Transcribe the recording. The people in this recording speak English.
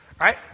right